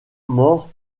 mort